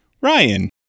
ryan